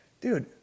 dude